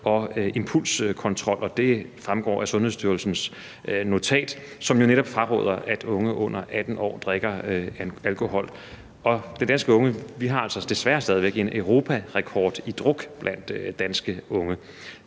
og impulskontrol. Det fremgår af Sundhedsstyrelsens notat, som jo netop fraråder, at unge under 18 år drikker alkohol. Og danske unge har altså desværre en europarekord i druk. Vi kan høre